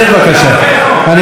אני מבקש ממך לצאת.